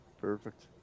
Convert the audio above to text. Perfect